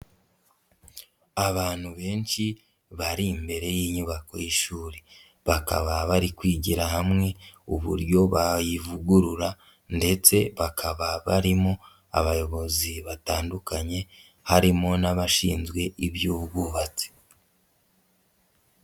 Abantu benshi bari imbere y'inyubako y'ishuri, bakaba bari kwigira hamwe uburyo bayivugurura ndetse bakaba barimo abayobozi batandukanye harimo n'abashinzwe iby'ubwubatsi.